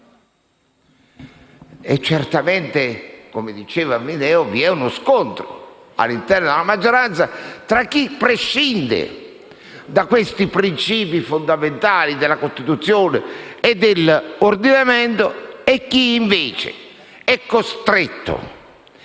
Certamente, come ha detto il senatore Mineo, vi è uno scontro all'interno della maggioranza tra chi prescinde da questi principi fondamentali della Costituzione e dell'ordinamento e chi invece è costretto,